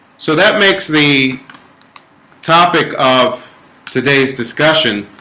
so that makes the topic of today's discussion